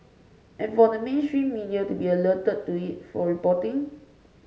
and for the mainstream media to be alerted to it for reporting